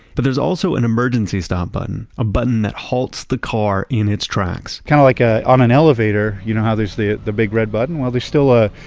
but there's also an emergency stop button, a button that halts the car in its tracks kind of like ah on an elevator. you know how there's the the big red button? well, there's still a,